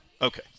Okay